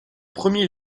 premier